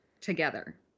together